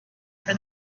for